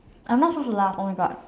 I'm not supposed to laugh oh my God